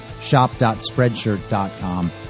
shop.spreadshirt.com